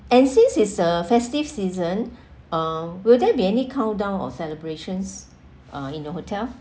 and since it's a festive season uh will there be any countdown or celebrations uh in your hotel